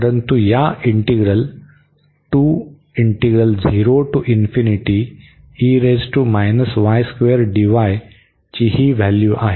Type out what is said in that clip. परंतु या इंटीग्रल ची ही व्हॅल्यू आहे